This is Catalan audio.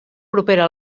propera